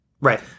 Right